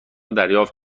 دریافت